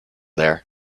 there